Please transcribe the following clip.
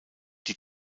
die